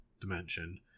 dimension